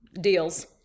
deals